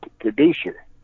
producer